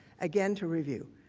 again to review,